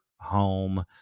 home